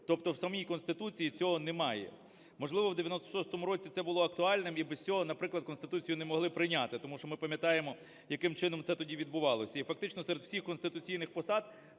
тобто в самій Конституції цього немає. Можливо, в 96-му році це було актуальним і без цього, наприклад, Конституцію не могли прийняти, тому що ми пам'ятаємо, яким чином це тоді відбувалося. І фактично серед всіх конституційних посад